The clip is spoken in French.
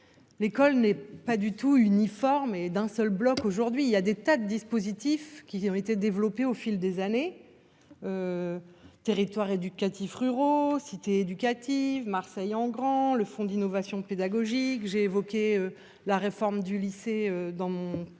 L'école n'est pas du tout uniforme et d'un seul bloc aujourd'hui. Des tas de dispositifs ont été développés au fil des années : territoires éducatifs ruraux, cités éducatives, Marseille en grand, mais aussi le fonds d'innovation pédagogique, la réforme du lycée- je l'ai